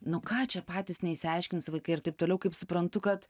nu ką čia patys neišsiaiškins vaikai ir taip toliau kaip suprantu kad